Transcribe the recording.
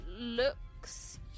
looks